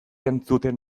entzuten